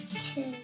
two